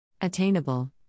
Attainable